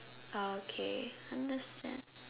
okay understand